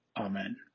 Amen